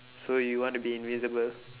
so you want to be invisible